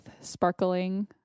sparkling